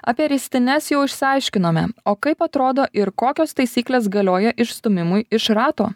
apie ristynes jau išsiaiškinome o kaip atrodo ir kokios taisyklės galioja išstūmimui iš rato